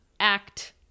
Act